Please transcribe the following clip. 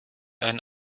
ein